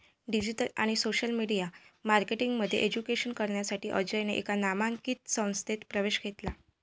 digital आणि social media marketing मध्ये graduation करण्यासाठी अजयने एका नामांकित संस्थेत प्रवेश घेतला